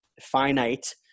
finite